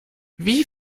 wie